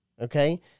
Okay